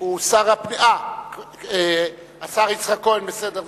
הוא שר הפנים, השר יצחק כהן, בסדר.